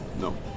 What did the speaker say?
no